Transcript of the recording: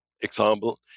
Example